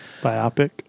Biopic